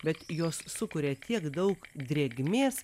bet jos sukuria tiek daug drėgmės